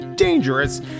dangerous